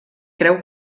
creu